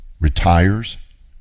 retires